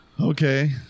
Okay